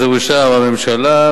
זה אושר בממשלה,